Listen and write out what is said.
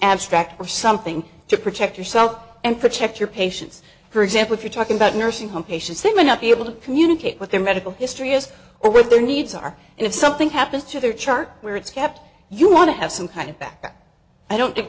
abstract or something to protect yourself and protect your patients for example if you're talking about nursing home patients symon not be able to communicate with their medical history has over their needs are and it's something happens to their chart where it's kept you want to have some kind of back i don't